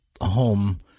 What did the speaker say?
home